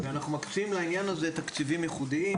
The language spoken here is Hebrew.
אנחנו מקצים לעניין הזה תקציבים ייחודיים